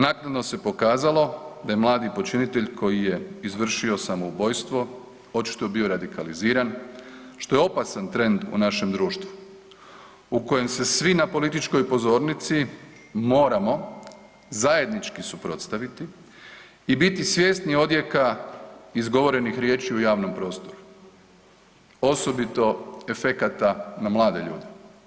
Naknadno se pokazalo da je mladi počinitelj koji je izvršio samoubojstvo očito bio radikaliziran što je opasan trend u našem društvu u kojem se svi na političkoj pozornici moramo zajednički suprotstaviti i biti svjesni odjeka izgovorenih riječi u javnom prostoru osobito efekata na mlade ljude.